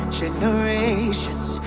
generations